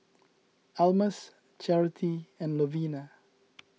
Almus Charity and Lovina